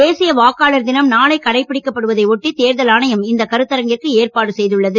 தேசிய வாக்காளர் தினம் நாளை கடைப்பிடிக்கப்படுவதை ஒட்டி தேர்தல் ஆணையம் இந்த கருத்தரங்கிற்கு ஏற்பாடு செய்துள்ளது